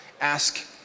Ask